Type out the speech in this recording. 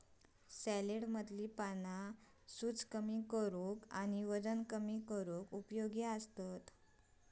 सॅलेडमधली पाना सूजेक कमी करूक आणि वजन कमी करूक उपयोगी असतत